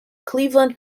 cleveland